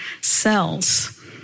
cells